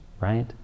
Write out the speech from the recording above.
right